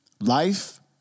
Life